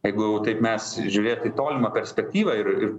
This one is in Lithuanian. jeigu taip mes žiūrėt į tolimą perspektyvą ir